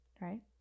right